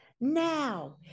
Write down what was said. Now